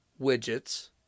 widgets